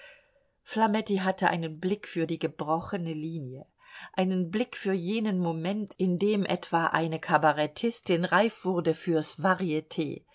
flametti hatte einen blick für die gebrochene linie einen blick für jenen moment in dem etwa eine kabarettistin reif wurde fürs variet